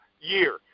year